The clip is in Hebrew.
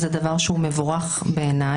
זה דבר שהוא מבורך בעיניי.